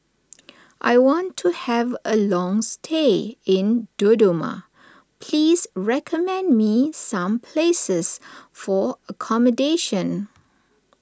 I want to have a long stay in Dodoma please recommend me some places for accommodation